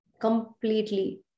completely